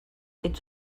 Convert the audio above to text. ets